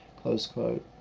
close quote.